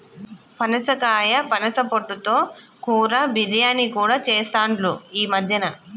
పనసకాయ పనస పొట్టు తో కూర, బిర్యానీ కూడా చెస్తాండ్లు ఈ మద్యన